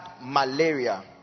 malaria